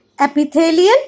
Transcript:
epithelial